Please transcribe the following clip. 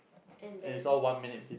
and then